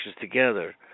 together